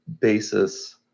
basis